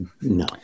no